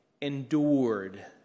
endured